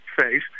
face